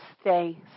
stay